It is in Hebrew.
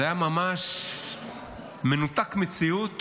זה היה ממש מנותק מהמציאות